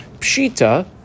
Pshita